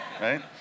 right